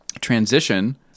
transition